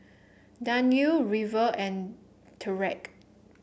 Danyel River and Tyreke